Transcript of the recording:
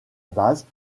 base